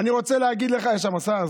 יש שם שר,